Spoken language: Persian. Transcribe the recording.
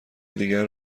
دیگر